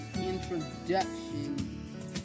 introduction